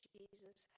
Jesus